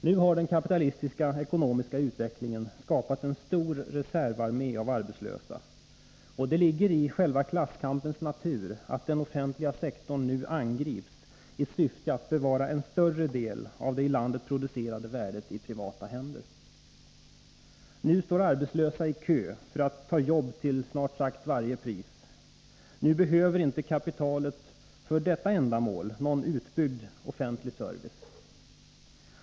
Nu har den kapitalistiska ekonomiska utvecklingen skapat en stor reservarmé av arbetslösa, och det ligger i klasskampens natur att den offentliga sektorn nu angrips i syfte att bevara en större andel av det i landet producerade värdet i privata händer. Nu står arbetslösa i kö för att ta jobb till snart sagt varje pris. Nu behöver inte kapitalet för detta ändamål någon utbyggd offentlig service.